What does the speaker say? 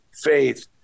faith